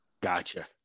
Gotcha